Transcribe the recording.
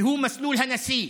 והוא מסלול הנשיא.